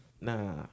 nah